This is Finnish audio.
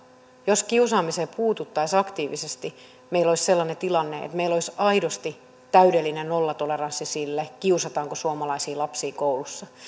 jos kiusaamiseen puututtaisiin aktiivisesti meillä olisi sellainen tilanne että meillä olisi aidosti täydellinen nollatoleranssi sille kiusataanko suomalaisia lapsia koulussa